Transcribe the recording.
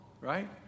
right